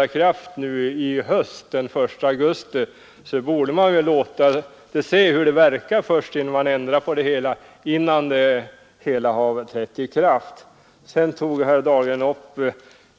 Jag tycker för min del att man borde avvakta att det träder i kraft och se hur det verkar innan man börjar ändra det. Sedan tog herr Dahlgren upp